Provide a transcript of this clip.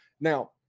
Now